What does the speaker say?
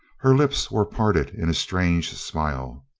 her lips were parted in a strange smile.